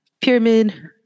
pyramid